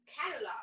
catalog